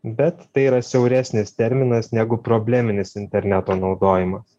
bet tai yra siauresnis terminas negu probleminis interneto naudojimas